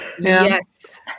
yes